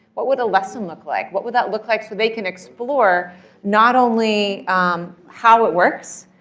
what would a lesson look like? what would that look like so they can explore not only how it works,